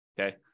Okay